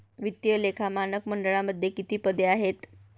वित्तीय लेखा मानक मंडळामध्ये किती पदे आहेत?